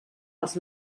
els